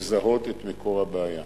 לזהות את מקור הבעיה.